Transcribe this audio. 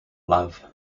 love